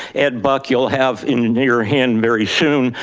ed buck you'll have in and your hand very soon,